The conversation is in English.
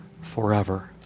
forever